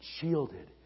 shielded